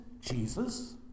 Jesus